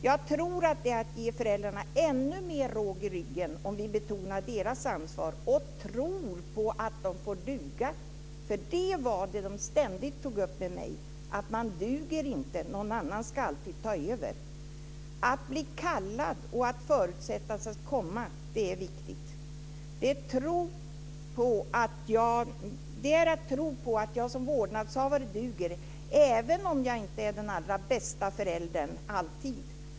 Jag tror att det är att ge föräldrarna ännu mer råg i ryggen om vi betonar deras ansvar och tror på att de får duga. Det var det som de ständigt tog upp med mig, att man duger inte utan någon annan ska alltid ta över. Att bli kallad och att förutsättas komma är viktigt. Det är att tro på att man som vårdnadshavare duger, även om man inte är den allra bästa föräldern alltid.